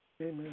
Amen